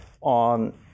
on